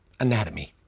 Anatomy